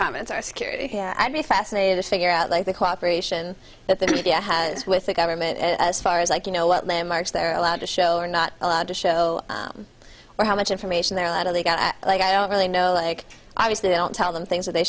comments are scared i'd be fascinated to figure out like the cooperation that the media has with the government as far as like you know what landmarks they're allowed to show or not allowed to show or how much information there are a lot of they got like i don't really know like obviously they don't tell them things that they